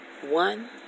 One